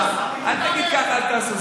מה תעשו?